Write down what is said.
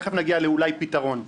תיכף נגיע אולי לפתרון.